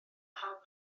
chael